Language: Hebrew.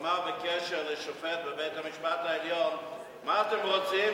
שאמר בקשר לשופט בבית-המשפט העליון: מה אתם רוצים,